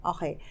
Okay